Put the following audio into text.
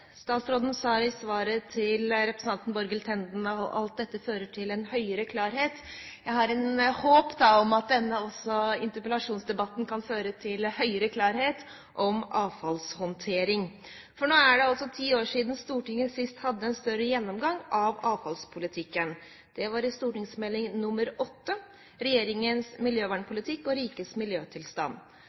Statsråden sa i svaret til representanten Borghild Tenden i sted at alt dette fører til en «høyere klarhet». Jeg har et håp om at også denne interpellasjonsdebatten kan føre til høyere klarhet om avfallshåndtering. Nå er det altså ti år siden Stortinget sist hadde en større gjennomgang av avfallspolitikken. Det var i forbindelse med St.meld. nr. 8 for 1999–2000, Regjeringens miljøvernpolitikk og rikets miljøtilstand,